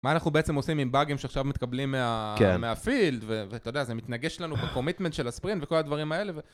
מה אנחנו בעצם עושים עם באגים שעכשיו מתקבלים מהפילד ואתה יודע זה מתנגש לנו בקומיטמנט של הספרינט וכל הדברים האלה